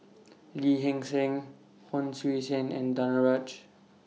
Lee Hee Seng Hon Sui Sen and Danaraj